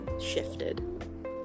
shifted